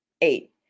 eight